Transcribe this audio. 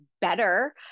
better